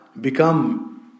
become